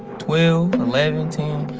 twelve, eleven, ten.